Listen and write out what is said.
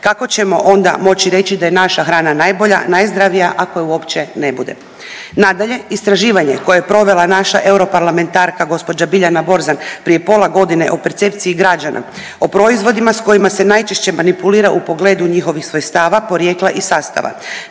Kako ćemo onda moći reći da je naša hrana najbolja i najzdravija ako je uopće ne bude? Nadalje, istraživanje koje je provela naša europarlamentarka gđa. Biljana Borzan prije pola godine o percepciji građana o proizvodima s kojima se najčešće manipulira u pogledu njihovih svojstava, porijekla i sastava.